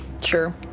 Sure